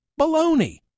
Baloney